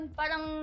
parang